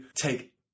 take